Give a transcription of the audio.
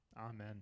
amen